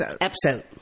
Episode